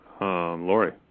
Lori